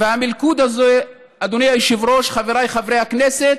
והמלכוד הזה, אדוני היושב-ראש, חבריי חברי הכנסת,